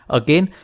again